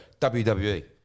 WWE